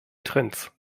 trends